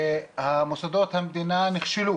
מוסדות המדינה נכשלו